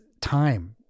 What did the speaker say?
time